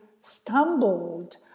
stumbled